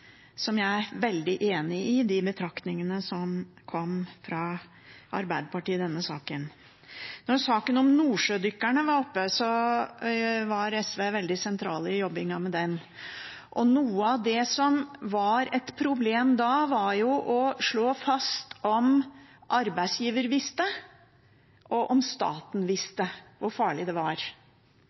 og jeg er veldig enig i de betraktningene som kom fra Arbeiderpartiet i denne saken. Da saken om nordsjødykkerne var oppe, var SV veldig sentral i jobbingen med den. Noe av det som var et problem da, var å slå fast om arbeidsgiver og staten visste hvor farlig det var.